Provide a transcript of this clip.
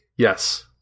Yes